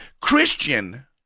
Christian